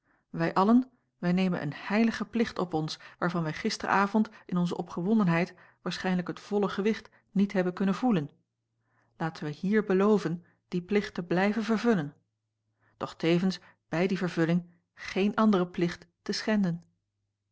wij allen wij nemen een heiligen plicht op ons waarvan wij gisteren avond in onze opgewondenheid waarschijnlijk het volle gewicht niet hebben kunnen voelen laten wij hier beloven dien plicht te blijven vervullen doch tevens bij die vervulling geen anderen plicht te schenden